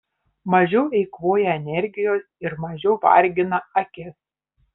mažiau eikvoja energijos ir mažiau vargina akis